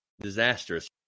disastrous